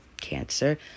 cancer